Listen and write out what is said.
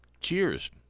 Cheers